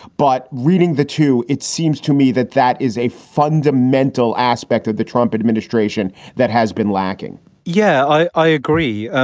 but reading the two, it seems to me that that is a fundamental aspect of the trump administration that has been lacking yeah. i i agree,